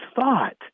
thought